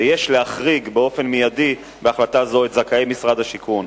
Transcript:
ויש להחריג באופן מיידי בהחלטה זו את זכאי משרד השיכון.